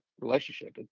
relationship